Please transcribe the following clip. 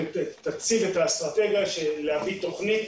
תציג את האסטרטגיה של הבאת תוכנית